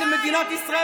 למי אני אקשיב?